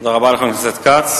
תודה רבה לחבר הכנסת כץ.